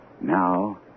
now